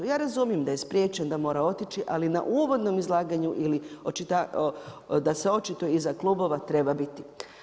Ja razumijem da je spriječen, da mora otići, ali na uvodnom izlaganju ili da se očituje iza klubova, treba biti.